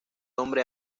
nombre